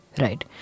right